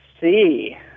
see